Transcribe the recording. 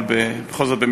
אבל בכל זאת,